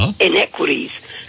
inequities